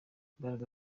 imbaraga